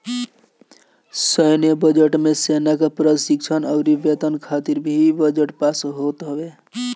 सैन्य बजट मे सेना के प्रशिक्षण अउरी वेतन खातिर भी बजट पास होत हवे